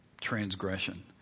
transgression